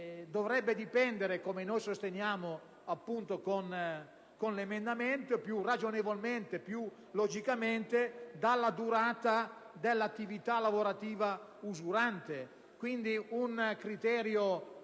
dovrebbe dipendere - come noi sosteniamo con l'emendamento 1.1 - più ragionevolmente e più logicamente dalla durata dell'attività lavorativa usurante, prevedendo quindi un criterio